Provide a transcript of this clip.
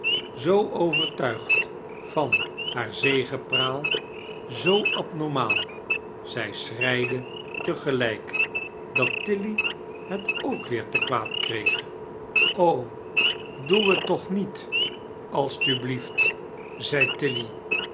zoo overtuigd van haar zegepraal zoo abnormaal zij schreide te gelijk dat tilly het ook weer te kwaad kreeg doe t toch niet als t